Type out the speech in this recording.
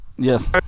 Yes